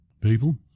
People